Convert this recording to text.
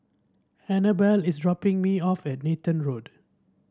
Annabell is dropping me off at Nathan Road